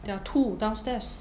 there are two downstairs